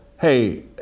hey